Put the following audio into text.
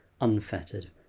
unfettered